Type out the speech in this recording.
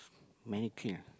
mannequin ah